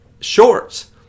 shorts